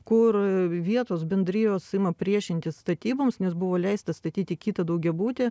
kur vietos bendrijos ima priešintis statyboms nes buvo leista statyti kitą daugiabutį